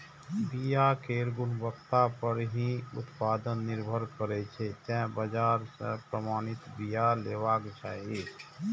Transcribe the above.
बिया केर गुणवत्ता पर ही उत्पादन निर्भर करै छै, तें बाजार सं प्रमाणित बिया लेबाक चाही